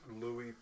Louis